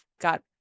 got